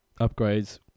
upgrades